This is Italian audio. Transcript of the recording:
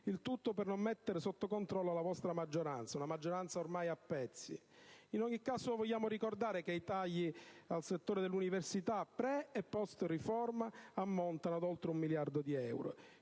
Il tutto per non mettere sotto controllo la vostra maggioranza, una maggioranza ormai a pezzi. In ogni caso, vogliamo ricordare che i tagli al settore dell'università *pre* e *post* riforma ammontano ad oltre un miliardo di euro.